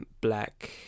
black